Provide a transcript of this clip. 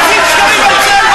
מפיצים שקרים על צה"ל,